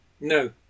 No